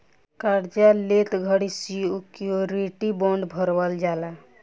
कार्जा लेत घड़ी श्योरिटी बॉण्ड भरवल जाला